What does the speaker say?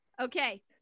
Okay